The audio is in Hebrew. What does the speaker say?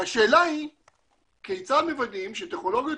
השאלה היא כיצד מוודאים שטכנולוגיות